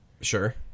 Sure